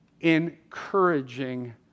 encouraging